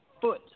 foot